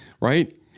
right